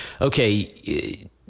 okay